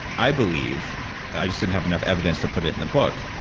and i believe i just didn't have enough evidence to put it in the book.